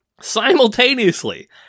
simultaneously